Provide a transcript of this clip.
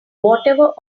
whatever